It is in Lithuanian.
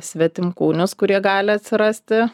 svetimkūnius kurie gali atsirasti